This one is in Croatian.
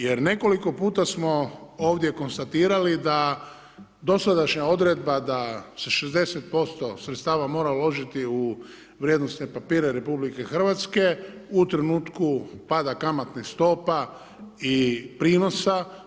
Jer nekoliko puta smo ovdje konstatirali da dosadašnja odredba da se 60% sredstava mora uložiti u vrijednosne papire RH u trenutku pada kamatnih stopa i prinosa.